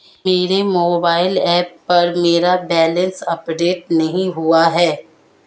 मेरे mobile app पर मेरा बैलेंस अपडेट नहीं हुआ है